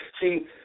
See